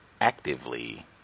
actively